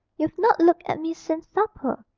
you've not looked at me since supper,